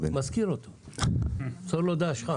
אז אני אומר שהדוח שלנו עסק ספציפית בנושא של מרכזי החלוקה.